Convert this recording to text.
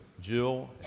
Jill